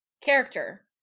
character